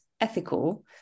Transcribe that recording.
ethical